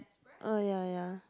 oh ya ya